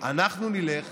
אנחנו נלך